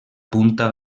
punta